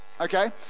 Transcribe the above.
okay